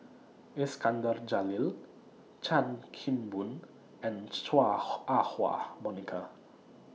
Iskandar Jalil Chan Kim Boon and Chua Ah Huwa Monica